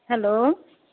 hello